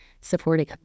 supporting